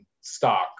stock